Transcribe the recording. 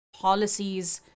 policies